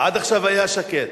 עד עכשיו היה שקט.